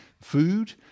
food